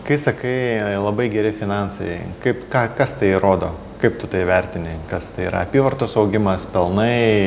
kai sakai labai geri finansai kaip ką kas tai rodo kaip tu tai vertini kas tai yra apyvartos augimas pelnai